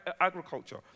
agriculture